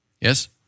Yes